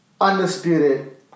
Undisputed